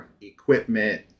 equipment